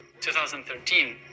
2013